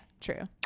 True